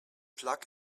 plug